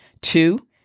Two